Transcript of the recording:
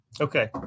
Okay